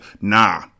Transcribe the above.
Nah